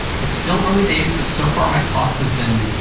it's still early days, but so far my cost has been,